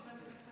יש להם צוות.